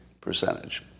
percentage